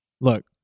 Look